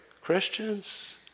Christians